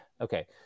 Okay